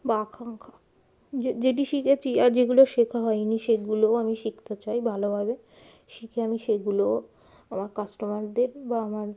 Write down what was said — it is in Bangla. বা আকাঙ্ক্ষা যে যেটি শিখেছি আর যেগুলো শেখা হয়নি সেগুলোও আমি শিখতে চাই ভালোভাবে শিখে আমি সেগুলোও আমার কাস্টমারদের বা আমার